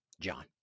John